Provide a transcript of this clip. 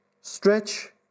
Stretch